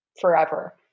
forever